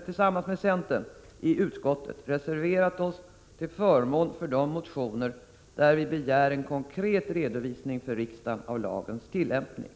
tillsammans med centern i utskottet reserverat oss till förmån för de motioner där vi begär en konkret redovisning för riksdagen av lagens tillämpning.